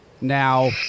Now